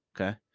okay